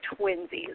twinsies